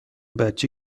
بچه